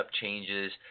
changes